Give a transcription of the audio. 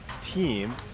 team